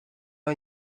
hay